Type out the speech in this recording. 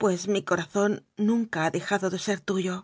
pues mi corazón nunca ha dejado de ser tuyo